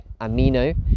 amino